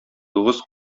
тугыз